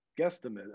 guesstimate